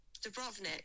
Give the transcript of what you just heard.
Dubrovnik